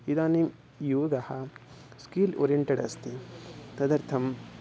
इदानीं योगः स्कील् ओरियेण्टेडस्ति तदर्थं